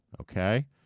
okay